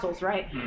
right